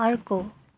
अर्को